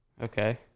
Okay